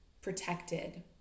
protected